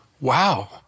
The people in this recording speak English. Wow